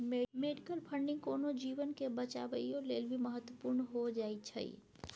medical funding कोनो जीवन के बचाबइयो लेल भी महत्वपूर्ण हो जाइ छइ